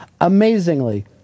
Amazingly